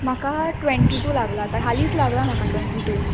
म्हाका twenty two लागला आतां हालींच लागला म्हाका ट्वेन्टी टू